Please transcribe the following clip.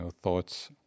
thoughts